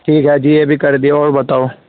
ٹھیک ہے جی یہ بھی کر دی اور بتاؤ